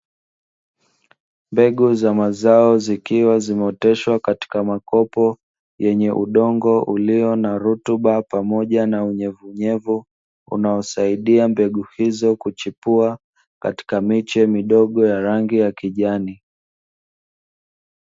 Mbegu za mazao zikiwa zimeoteshwa katika makopo yenye udongo ulio na rutuba pamoja na unyevuunyevu , unaosaidia mbegu hizo kuchepua katika miche midogo yenye rangi ya kijani.